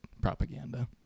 propaganda